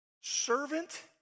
Servant